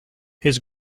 his